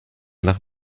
nach